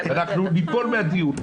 אנחנו ניפול מהדיון.